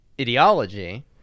ideology